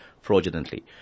fraudulently